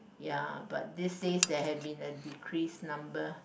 ya but these days there had been a decreased number